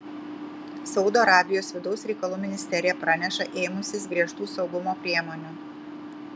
saudo arabijos vidaus reikalų ministerija praneša ėmusis griežtų saugumo priemonių